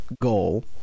goal